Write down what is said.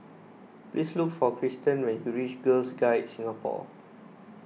please look for Kristian when you reach Girl Guides Singapore